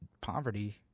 poverty